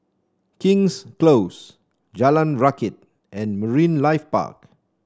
King's Close Jalan Rakit and Marine Life Park